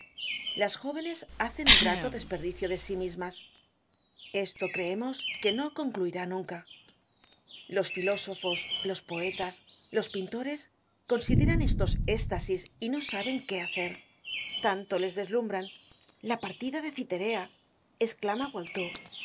las jóvenes hacen un grato desperdicio de sí mismas esto creemos que no concluirá nunca los filósofos los poetas los pintores consideran estos éstasis y no saben quó hacer tanto les deslumbran la partida de citerea esclama walteau